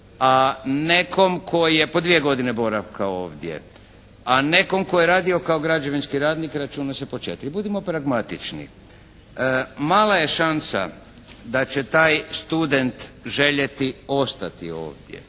a nekom tko je, po dvije godine boravka ovdje, a nekom tko je radio kao građevinski radnik računa se po 4. Budimo pragmatični. Mala je šansa da će taj student željeti ostati ovdje.